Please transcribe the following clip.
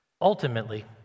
Ultimately